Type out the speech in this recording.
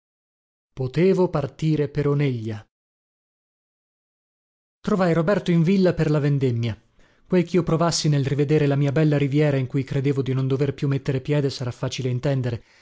potevo partire per oneglia trovai roberto in villa per la vendemmia quel chio provassi nel rivedere la mia bella riviera in cui credevo di non dover più metter piede sarà facile intendere